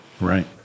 Right